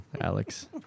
Alex